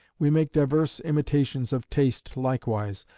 we make divers imitations of taste likewise,